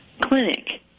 clinic